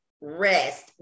rest